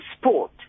sport